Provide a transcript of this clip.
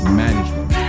management